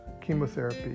chemotherapy